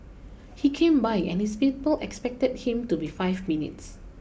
he came by and his people expected him to be five minutes